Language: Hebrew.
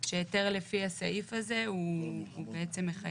שהיתר לפי הסעיף הזה הוא אירוע